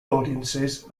audiences